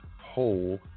hole